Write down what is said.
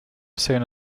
seen